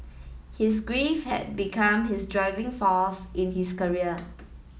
his grief had become his driving force in his career